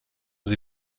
sie